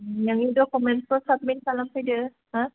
नोंनि डक'मेन्टसफ्रा साबमिथ खालाम फैदो हा